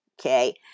okay